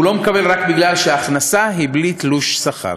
הוא לא מקבל רק בגלל שההכנסה היא בלי תלוש שכר.